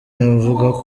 navuga